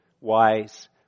wise